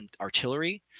artillery